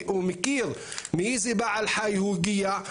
הוא מכיר מאיזה בעל חי הוא הגיע.